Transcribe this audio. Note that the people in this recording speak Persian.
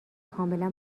کاملا